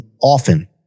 often